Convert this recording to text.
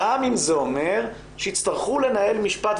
גם אם זה אומר שיצטרכו לנהל משפט.